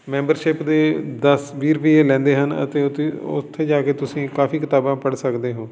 membership ਦੇ ਦਸ ਵੀਹ ਰੁਪਈਏ ਲੈਂਦੇ ਹਨ ਅਤੇ ਉਥੇ ਜਾ ਕੇ ਤੁਸੀਂ ਕਾਫੀ ਕਿਤਾਬਾਂ ਪੜ੍ਹ ਸਕਦੇ ਹੋ